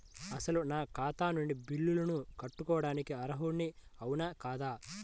అసలు నా ఖాతా నుండి బిల్లులను కట్టుకోవటానికి అర్హుడని అవునా కాదా?